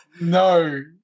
no